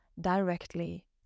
directly